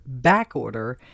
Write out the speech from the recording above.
backorder